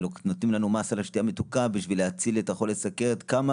ונותנים לנו מס על השתייה המתוקה כדי להציל את חולה הסוכרת כמה